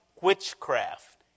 witchcraft